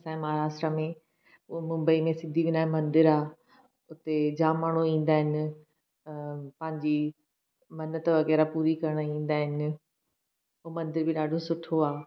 असांजे महाराष्ट्रा में मुम्बईअ में सिद्धि विनायक मंदरु आहे उते जामु माण्हू ईंदा आहिनि पंहिंजी मन्नत वग़ैरह पूरी करणु ईंदा आहिनि हू मंदरु बि ॾाढो सुठो आहे